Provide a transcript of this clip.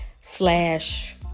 slash